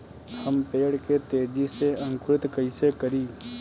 हम पेड़ के तेजी से अंकुरित कईसे करि?